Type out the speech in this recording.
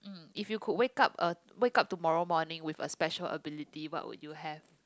um if you could wake up a wake up tomorrow morning with a special ability what would you have